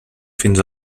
fins